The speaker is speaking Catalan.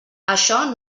això